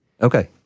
Okay